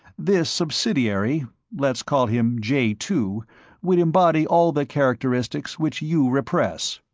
this subsidiary let's call him jay two would embody all the characteristics which you repress.